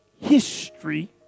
history